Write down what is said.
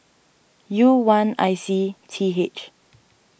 U one I C T H